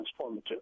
transformative